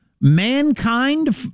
mankind